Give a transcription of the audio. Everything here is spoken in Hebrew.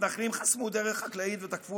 מתנחלים חסמו דרך חקלאית ותקפו